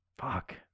Fuck